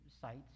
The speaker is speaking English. sites